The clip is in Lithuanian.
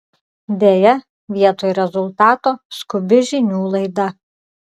deja vietoj rezultato skubi žinių laida